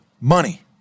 money